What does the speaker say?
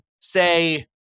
say